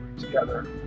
together